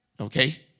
Okay